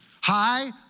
High